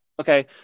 okay